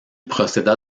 procéda